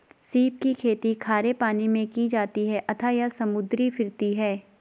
सीप की खेती खारे पानी मैं की जाती है अतः यह समुद्री फिरती है